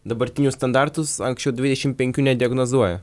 dabartinius standartus anksčiau dvidešim penkių nediagnozuoja